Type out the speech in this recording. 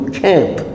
camp